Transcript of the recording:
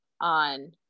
on